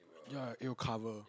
ya it will cover